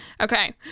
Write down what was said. Okay